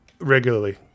regularly